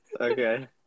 Okay